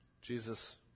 Jesus